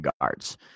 guards